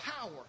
power